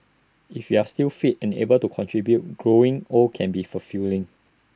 if you're still fit and able to contribute growing old can be fulfilling